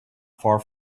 far